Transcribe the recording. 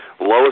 lowest